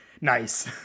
nice